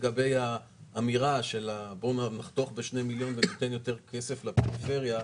לגבי האמירה שבוא נחתוך בשני מיליון וניתן יותר כסף לפריפריה,